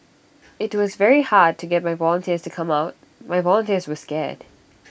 IT was very hard to get my volunteers to come out my volunteers were scared